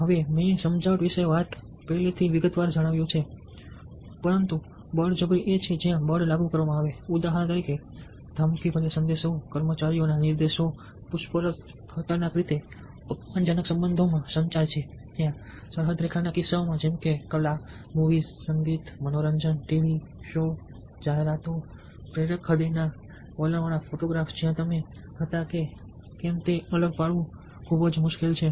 હવે મેં સમજાવટ વિશે પહેલેથી જ વિગતવાર જણાવ્યું છે પરંતુ બળજબરી એ છે જ્યાં બળ લાગુ કરવામાં આવે છે ઉદાહરણો ધમકીભર્યા સંદેશાઓ કર્મચારીઓના નિર્દેશો પૂછપરછ ખતરનાક રીતે અપમાનજનક સંબંધોમાં સંચાર છે ત્યાં અને સરહદ રેખાના કિસ્સાઓ છે જેમ કે કલા મૂવીઝ સંગીત મનોરંજન ટીવી શો જાહેરાતો પ્રેરક હૃદયના વલણવાળા ફોટોગ્રાફ્સ જ્યાં તમે હતા કે કેમ તે અલગ પાડવું ખૂબ મુશ્કેલ છે